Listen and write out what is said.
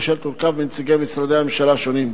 אשר תורכב מנציגי משרדי ממשלה שונים,